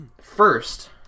first